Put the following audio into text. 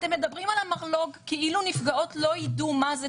אתם מדברים על המרלוג כאילו נפגעות לא ידעו מה זה.